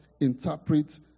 interpret